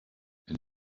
and